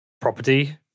property